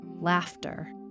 Laughter